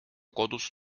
kodus